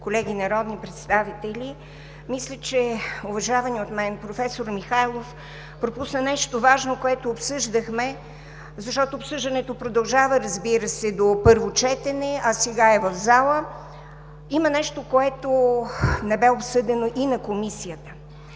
колеги народни представители! Мисля, че уважаваният от мен професор Михайлов пропусна нещо важно, което обсъждахме, защото обсъждането продължава, разбира се, до първо четене, а сега е в зала. Има нещо, което не бе обсъдено и на Комисията.